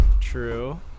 true